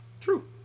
True